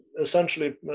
essentially